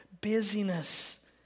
busyness